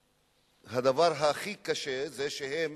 הדבר הכי קשה זה שהם